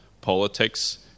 politics